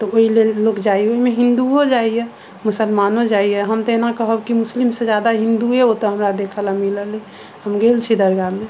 तऽ ओहि लेल लोक जाइए ओहिमे हिन्दुओ जाइए मुसलमानो जाइए हम तऽ एना कहब कि मुस्लिम से ज्यादा हिन्दुए ओतऽ हमरा देखऽ लऽ मिलल यऽ हम गेल छी दरगाह मे